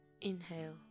Inhale